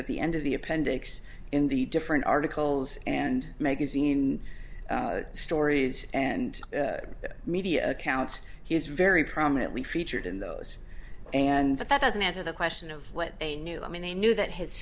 at the end of the appendix in the different articles and magazine stories and media accounts he was very prominently featured in those and that doesn't answer the question of what they knew i mean they knew that his